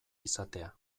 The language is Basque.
izatea